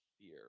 fear